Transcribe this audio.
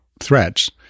threats